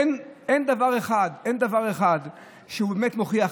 אין דבר אחד שהוא באמת מוכיח.